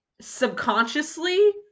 subconsciously